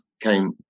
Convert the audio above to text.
came